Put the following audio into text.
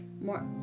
more